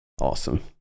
Awesome